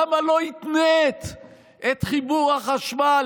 למה לא התנית את חיבור החשמל,